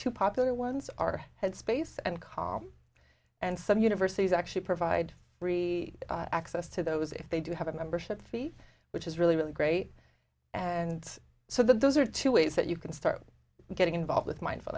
to popular ones are headspace and calm and some universities actually provide free access to those if they do have a membership fee which is really really great and so those are two ways that you can start getting involved with